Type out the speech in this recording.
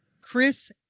Chris